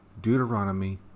Deuteronomy